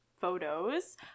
photos